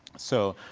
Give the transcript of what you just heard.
so,